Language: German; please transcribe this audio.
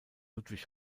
ludwig